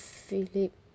philip